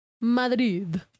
Madrid